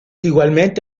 igualmente